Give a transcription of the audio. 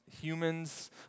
humans